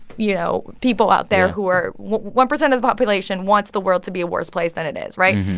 you know, people out there. yeah. who are one percent of the population wants the world to be a worse place than it is, right?